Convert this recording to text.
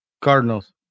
Cardinals